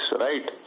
right